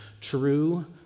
True